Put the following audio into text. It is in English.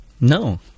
No